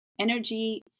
energy